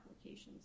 applications